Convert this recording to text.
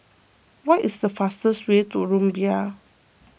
what is the fastest way to Rumbia